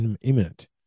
imminent